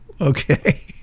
Okay